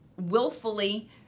willfully